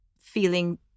feeling